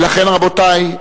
ולכן, רבותי,